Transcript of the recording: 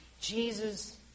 Jesus